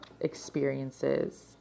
experiences